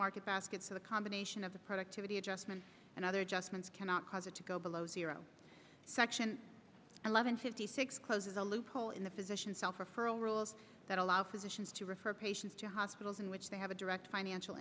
market basket so the combination of the productivity adjustment and other adjustments cannot cause it to go below zero section eleven fifty six closes a loophole in the physician self referral rules that allow physicians to refer patients to hospitals in which they have a direct financial